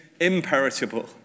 imperishable